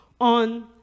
on